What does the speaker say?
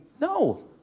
no